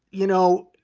you know,